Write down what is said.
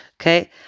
Okay